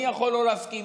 אני יכול לא להסכים,